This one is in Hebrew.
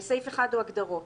הגדרות1.